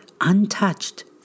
untouched